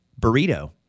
Burrito